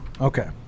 Okay